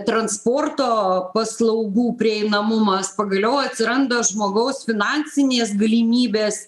transporto paslaugų prieinamumas pagaliau atsiranda žmogaus finansinės galimybės